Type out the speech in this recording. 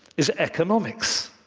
is economics.